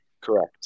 Correct